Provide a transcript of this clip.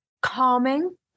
calming